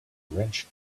wrench